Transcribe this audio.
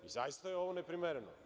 I zaista je ovo neprimereno.